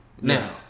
now